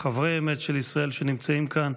וחברי אמת של ישראל, שנמצאים כאן: